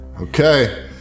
Okay